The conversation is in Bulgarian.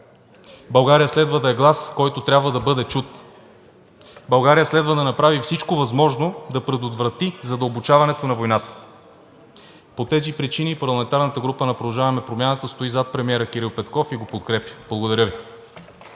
България следва да е глас, който трябва да бъде чут. България следва да направи всичко възможно да предотврати задълбочаването на войната. По тези причини парламентарната група на „Продължаваме Промяната“ стои зад премиера Кирил Петков и го подкрепя. Благодаря Ви.